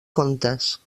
contes